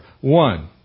One